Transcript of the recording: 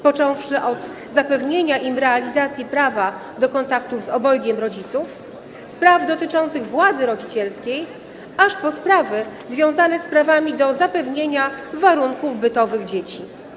Począwszy od zapewnienia im realizacji prawa do kontaktu z obojgiem rodziców, spraw dotyczących władzy rodzicielskiej, aż po sprawy związane z prawami do zapewnienia warunków bytowych dzieci.